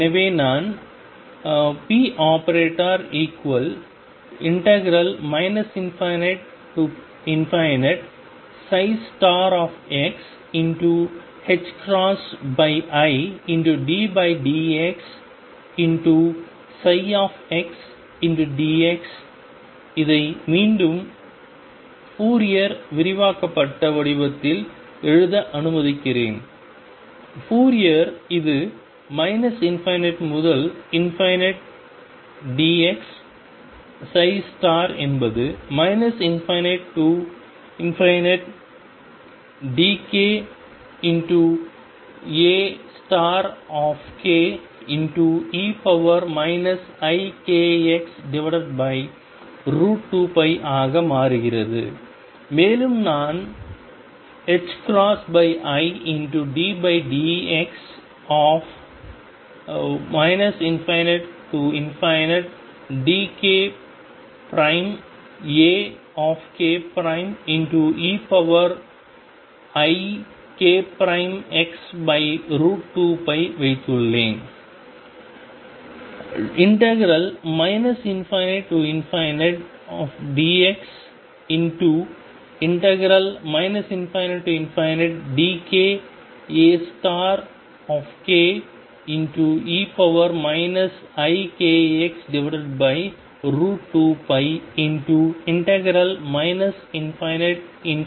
எனவே நான் ⟨p⟩ ∞ xiddx ψdx இதை மீண்டும் ஃபோரியர் விரிவாக்கப்பட்ட வடிவத்தில் எழுத அனுமதிக்கிறேன் ஃபோரியர் இது ∞ முதல் dx என்பது ∞ to dkAke ikx 2π ஆக மாறுகிறது மேலும் நான் iddx of ∞ dk Akeikx2π வைத்துள்ளேன்